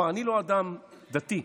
אני לא אדם דתי,